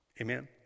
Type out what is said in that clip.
Amen